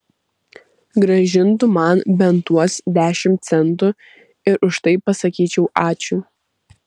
grąžintų man bent tuos dešimt centų ir už tai pasakyčiau ačiū